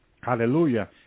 Hallelujah